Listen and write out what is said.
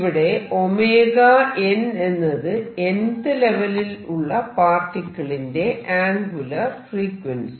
ഇവിടെ 𝞈n എന്നത് nth ലെവലിൽ ഉള്ള പാർട്ടിക്കിളിന്റെ ആംഗുലാർ ഫ്രീക്വൻസി